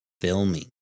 filming